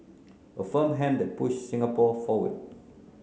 a firm hand pushed Singapore forward